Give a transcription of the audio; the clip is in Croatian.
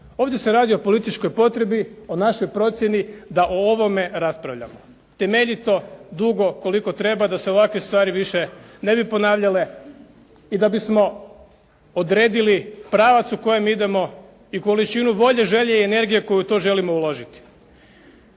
ovdje se radi o političkoj potrebi, o našoj procjeni da o ovome raspravljamo, temeljito, dugo, koliko treba, da se ovakve stvari više ne bi ponavljale. I da bismo odredili pravac u kojem idemo i količinu volje, želje i energije koju u to želimo uložiti.